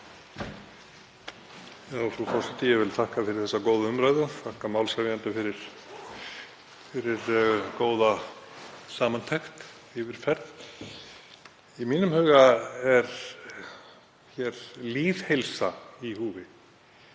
Frú forseti. Ég vil þakka fyrir þessa góðu umræðu og þakka málshefjanda fyrir góða samantekt og yfirferð. Í mínum huga er hér lýðheilsa í húfi.